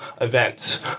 events